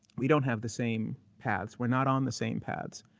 we don't have the same paths. we're not on the same paths.